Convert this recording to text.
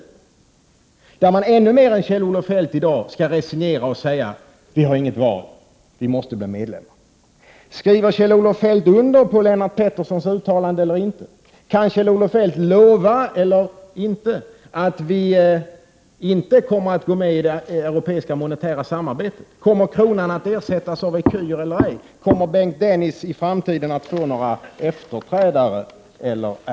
Då kommer man ännu mer än vad Kjell-Olof Feldt gör i dag att resignerat säga: Vi har inget val — vi måste bli medlemmar. Skriver Kjell-Olof Feldt under på Lennart Petterssons uttalande eller inte? Kan Kjell-Olof Feldt lova att vi inte kommer att gå med i det europeiska monetära samarbetet? Kommer kronan att ersättas av ecu eller ej? Kommer Bengt Dennis i framtiden att få några efterträdare eller ej?